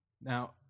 Now